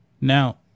Now